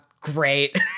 great